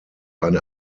eine